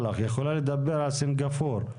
פה,